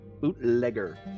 bootlegger